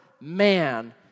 man